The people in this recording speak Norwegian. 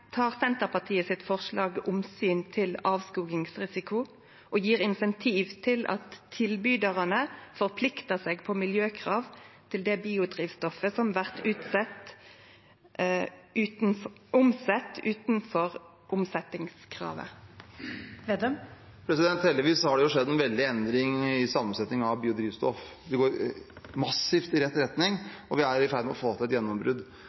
til avskogingsrisiko og gjev insentiv til at tilbydarane forpliktar seg til miljøkrav på det biodrivstoffet som blir omsett utanfor omsetjingskravet? Heldigvis har det skjedd en veldig endring i sammensetningen av biodrivstoff. Det går massivt i rett retning, og vi er i ferd med å få til